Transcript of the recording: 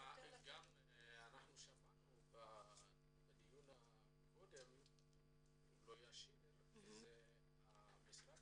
אנחנו גם שמענו בדיון הקודם שמשרד